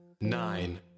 nine